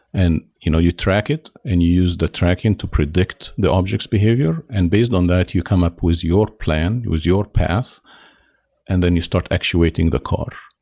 and you know you track it and you use the tracking to predict the object's behavior. and based on that, you come up with your plan, with your path and then you start actuating the car.